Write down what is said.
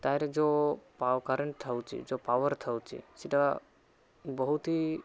ତା'ର ଯେଉଁ power current ଥାଉଛି ଯେଉଁ ପାୱାର ଥାଉଛି ସେଇଟା ବହୁତ ହିଁ